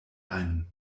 einen